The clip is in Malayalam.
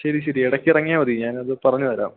ശരി ശരി ഇടയ്ക്ക് ഇറങ്ങിയാൽ മതി ഞാനത് പറഞ്ഞുതരാം